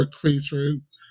creatures